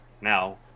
Now